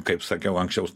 kaip sakiau anksčiau